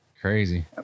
crazy